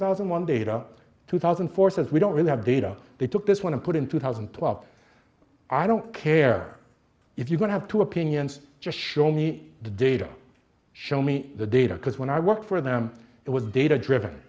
thousand one data two thousand forces we don't really have data they took this one and put in two thousand and twelve i don't care if you don't have two opinions just show me the data show me the data because when i worked for them it was data driven